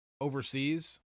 overseas